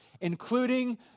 including